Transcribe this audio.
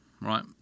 right